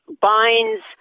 binds